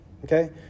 Okay